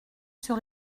sur